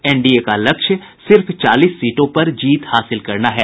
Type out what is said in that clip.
NDA का लक्ष्य सिर्फ सभी चालीस सीटों पर जीत हासिल करना है